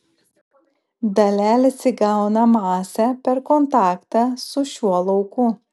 dalelės įgauna masę per kontaktą su šiuo lauku